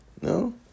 No